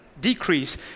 decrease